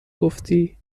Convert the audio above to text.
گفتی